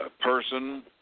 person